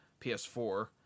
PS4